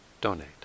donate